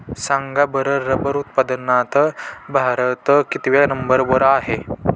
सांगा बरं रबर उत्पादनात भारत कितव्या नंबर वर आहे?